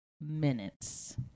minutes